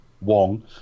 Wong